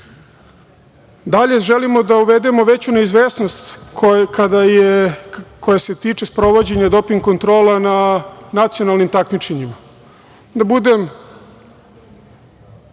želimo da uvedemo veću neizvesnost koja se tiče sprovođenja doping kontrola na nacionalnim takmičenjima. Da budem